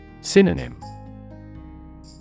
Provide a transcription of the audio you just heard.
Synonym